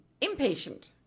impatient